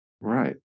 Right